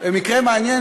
מקרה מעניין,